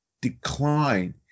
decline